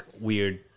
weird